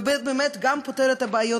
ושבאמת גם פותר את הבעיות,